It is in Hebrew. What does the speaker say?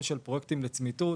שיהיה לצמיתות,